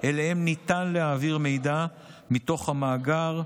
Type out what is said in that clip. שאליהם ניתן להעביר מידע מתוך המאגר,